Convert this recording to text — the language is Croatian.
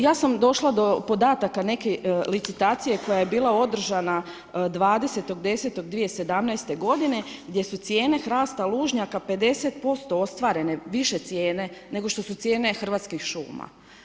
Ja sam došla do podataka neke licitacije koja je bila održana 20.10.2017. godine gdje su cijene hrasta lužnjaka 50% ostvarene više cijene nego što su cijene Hrvatskih šuma.